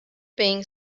being